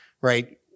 right